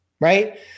right